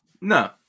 No